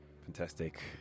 Fantastic